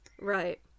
Right